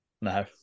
No